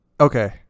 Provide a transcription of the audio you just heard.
Okay